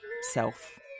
self